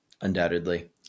undoubtedly